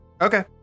Okay